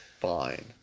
fine